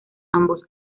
ambos